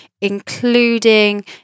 including